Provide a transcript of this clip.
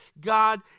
God